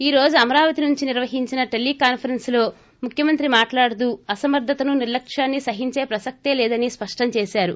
ఈ రోజు అమరావతి నుంచి నిర్వహించిన టెలికాన్సరెస్ లో ముఖ్యమంత్రి మాట్లాడుతూ అసమర్గతను నిర్లక్ష్మాన్ని సహించే ప్రసక్తేలేదని స్పష్టం చేశారు